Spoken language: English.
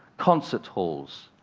concert halls,